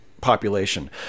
population